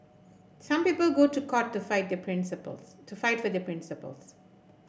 some people go to court to fight for their principles